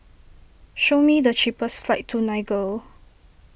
show me the cheapest flights to Niger